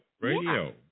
Radio